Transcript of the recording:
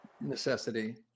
necessity